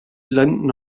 linden